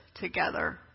together